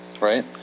right